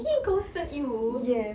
he ghosted you